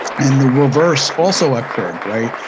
and the reverse also occurred, right?